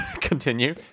continue